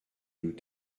nous